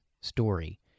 story